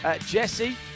Jesse